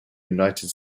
united